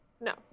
no